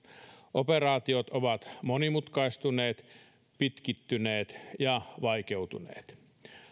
operaatiot ovat monimutkaistuneet pitkittyneet ja vaikeutuneet